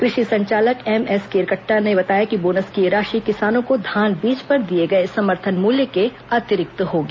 कृषि संचालक एमएस केरकेट्टा ने बताया कि बोनस की यह राशि किसानों को धान बीज पर दिए गए समर्थन मूल्य के अतिरिक्त होगी